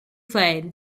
played